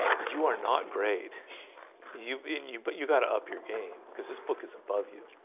you are not great you in you but you gotta up your game because this book is above you.